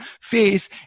face